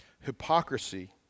hypocrisy